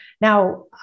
Now